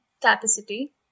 capacity